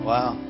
Wow